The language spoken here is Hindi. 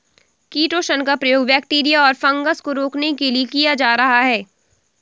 किटोशन का प्रयोग बैक्टीरिया और फँगस को रोकने के लिए किया जा रहा है